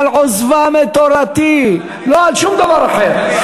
"על עזבם את תורתי", לא על שום דבר אחר.